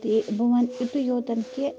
تہٕ بہٕ وَنہٕ یُتُے یوت کہ